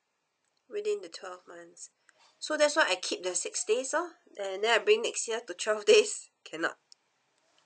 within the twelve months so that's why I keep the six days lor then then I bring next year to twelve days cannot